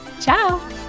Ciao